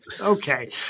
Okay